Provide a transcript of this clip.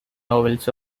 novels